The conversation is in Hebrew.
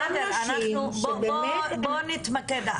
בואי נתמקד.